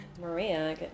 Maria